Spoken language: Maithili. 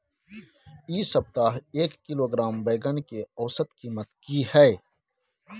इ सप्ताह एक किलोग्राम बैंगन के औसत कीमत की हय?